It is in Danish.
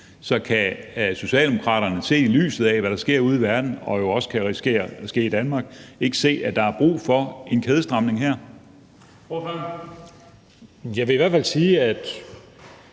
Så kan Socialdemokraterne, i lyset af hvad der sker ude i verden, og hvad der også kan risikere at ske i Danmark, ikke se, at der er brug for en kædestramning her? Kl. 12:58 Den fg.